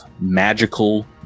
magical